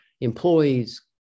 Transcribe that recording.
employees